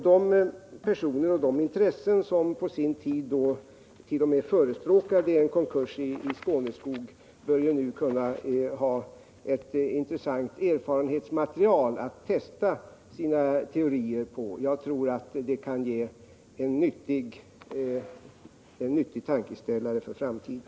De personer och de intressen som på sin tid t.o.m. förespråkade en konkurs i Skåneskog bör nu kunna ha ett intressant erfarenhetsmaterial att testa sina teorier på. Jag tror det kan ge en nyttig tankeställare för framtiden.